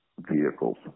vehicles